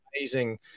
amazing